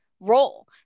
role